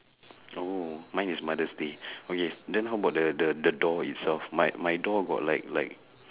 oh mine is mother's day okay then how about the the the door itself my my door got like like